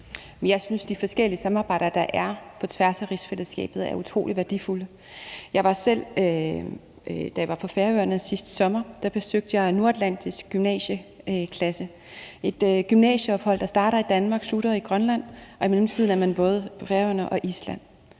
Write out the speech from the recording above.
Jeg synes, at de forskellige samarbejder, der er på tværs af rigsfællesskabet, er utrolig værdifulde. Da jeg var på Færøerne sidste sommer, besøgte jeg Nordatlantisk Gymnasieklasse . Det er et gymnasieophold, der starter i Danmark og slutter i Grønland. I mellemtiden er man både på Færøerne og Island.